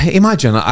imagine